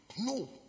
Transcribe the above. No